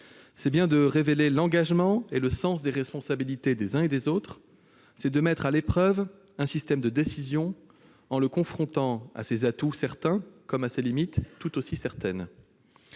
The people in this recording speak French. c'est bien de révéler l'engagement et le sens des responsabilités des uns et des autres ; c'est de mettre à l'épreuve un système de décision en le confrontant à ses atouts, certains, comme à ses limites, tout aussi certaines.